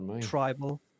tribal